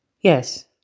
Yes